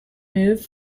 moved